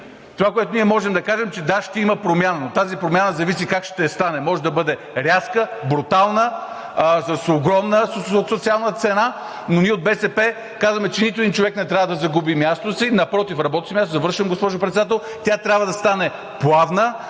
Това, което ние можем да кажем, е, че, да, ще има промяна, но тази промяна зависи как ще стане. Може да бъде рязка, брутална, с огромна социална цена, но ние от БСП казваме, че нито един човек не трябва да загуби мястото си. Напротив, работното си място… (Председателят дава сигнал,